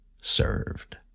served